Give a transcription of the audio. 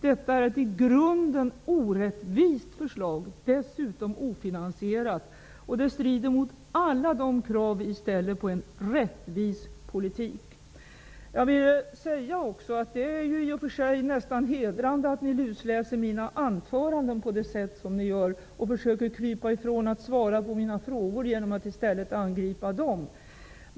Detta är ett i grunden orättvist förslag som dessutom är ofinansierat. Det strider mot alla de krav vi ställer på en rättvis politik. Låt mig också säga att det nästan är hedrande att ni lusläser mina anföranden på det sätt som ni gör och försöker att krypa ifrån att svara på mina frågor genom att i stället angripa dem.